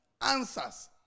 answers